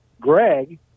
Greg